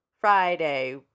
Friday